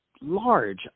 large